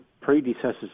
predecessors